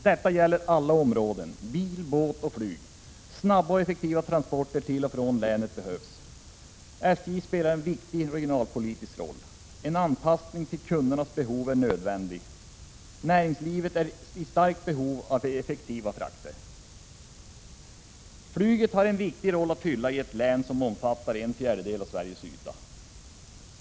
Detta gäller alla områden — bil, båt och flyg. Snabba och effektiva transporter till och från länet behövs. SJ spelar en viktig regionalpolitisk roll. En anpassning till kundernas behov är nödvändig. Näringslivet är i starkt behov av effektiva frakter. Flyget spelar en viktig roll i ett län som omfattar en fjärdedel av Sveriges yta.